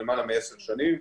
למעלה מ-10 שנים,